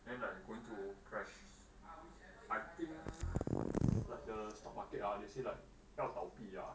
then like going to crash I think like the stock market ah they say like 要倒闭啊